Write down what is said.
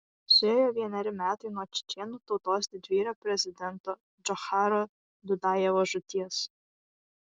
suėjo vieneri metai nuo čečėnų tautos didvyrio prezidento džocharo dudajevo žūties